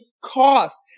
cost